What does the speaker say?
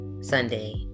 Sunday